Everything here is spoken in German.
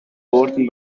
worden